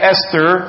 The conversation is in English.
Esther